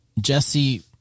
Jesse